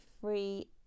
free